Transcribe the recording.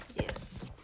Yes